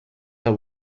the